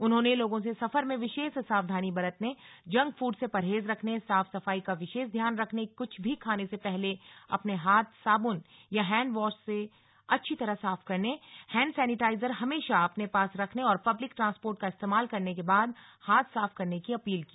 उन्होंने लोगों से सफर में विशेष सावधानी बरतने जंक फूड से परहेज रखने साफ सफाई का विशेष ध्यान रखने कुछ भी खाने से पहले अपने हाथ साबुन या हैंडवॉश से अच्छी तरह साफ करने हैंड सेनिटाइजर हमेशा अपने पास रखने और पब्लिक ट्रांसपोर्ट का इस्तेमाल करने के बाद हाथ साफ करने की अपील की